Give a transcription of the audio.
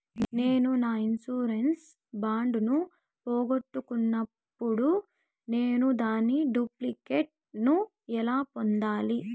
నేను నా insurance bond ను పోగొట్టుకున్నప్పుడు నేను దాని డూప్లికేట్ ను ఎలా పొందాలి?